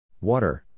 Water